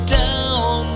down